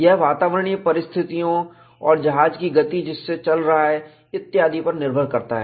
यह वातावरणीय परिस्थितियों और जहाज की गति जिससे वह चल रहा है इत्यादि पर निर्भर करता है